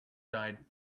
died